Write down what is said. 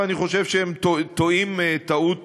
ואני חושב שהם טועים טעות